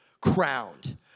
crowned